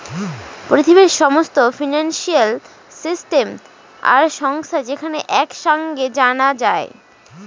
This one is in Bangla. পৃথিবীর সমস্ত ফিনান্সিয়াল সিস্টেম আর সংস্থা যেখানে এক সাঙে জানা যায়